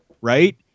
Right